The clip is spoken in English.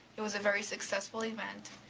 it was a very successful event.